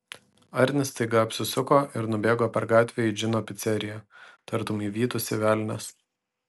arnis staiga apsisuko ir nubėgo per gatvę į džino piceriją tartum jį vytųsi velnias